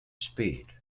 speed